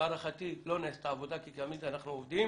להערכתי לא נעשתה עבודה, כי תמיד אנחנו עובדים